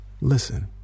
Listen